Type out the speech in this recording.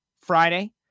Friday